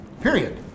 period